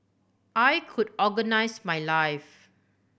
I could organise my life